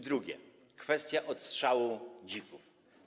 Drugie, kwestia odstrzału dzików.